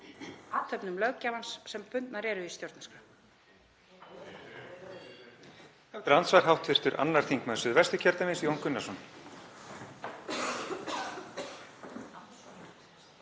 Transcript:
athöfnum löggjafans sem bundnar eru í stjórnarskrá.